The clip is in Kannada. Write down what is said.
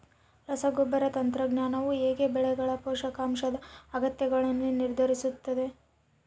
ರಸಗೊಬ್ಬರ ತಂತ್ರಜ್ಞಾನವು ಹೇಗೆ ಬೆಳೆಗಳ ಪೋಷಕಾಂಶದ ಅಗತ್ಯಗಳನ್ನು ನಿರ್ಧರಿಸುತ್ತದೆ?